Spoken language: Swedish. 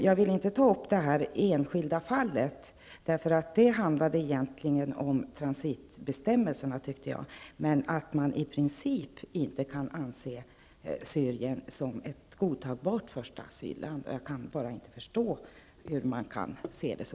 Jag vill inte ta upp det enskilda fallet, som egentligen handlade om transitbestämmelserna. Men jag menar att man i princip inte kan anse Syrien vara ett godtagbart första asylland. Jag kan bara inte förstå hur man kan se det så.